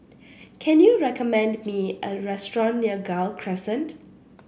can you recommend me a restaurant near Gul Crescent